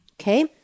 okay